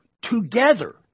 together